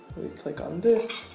we click on this.